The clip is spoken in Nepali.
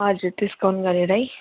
हजुर डिस्काउन्ट गरेरै